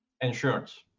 Insurance